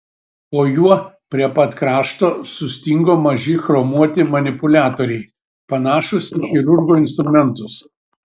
po juo prie pat krašto sustingo maži chromuoti manipuliatoriai panašūs į chirurgo instrumentus